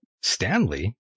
Stanley